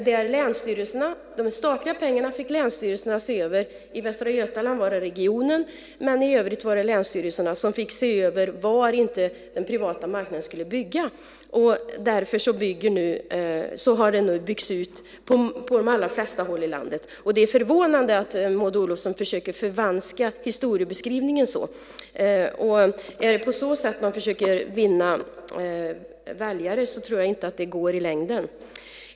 De statliga pengarna fick länsstyrelserna se över. I Västra Götaland var det regionen, men i övrigt var det länsstyrelserna som fick se över var den privata marknaden inte skulle bygga. Därför har det nu byggts ut på de allra flesta håll i landet. Det är förvånande att Maud Olofsson försöker förvanska historieskrivningen. Om det är på så sätt man försöker vinna väljare tror jag inte att det går i längden.